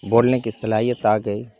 بولنے کی صلاحیت آ گئی